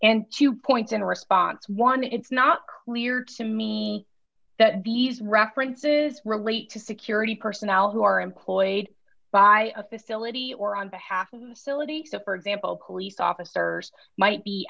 and two points in response one it's not clear to me that these references relate to security personnel who are employed by a facility or on behalf of silicate the for example police officers might be